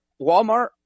Walmart